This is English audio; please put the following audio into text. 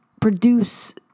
produce